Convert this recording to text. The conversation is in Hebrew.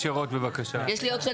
תגיד לי מספרים בהסתייגויות.